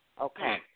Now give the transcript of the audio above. Okay